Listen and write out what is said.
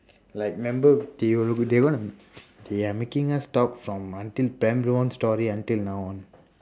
like remember they gonna they gonna they are making us talk from until ten long story until now